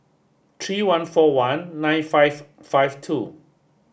three one four one nine five five two